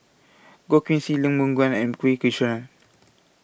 Goh Keng Swee Lee Boon Ngan and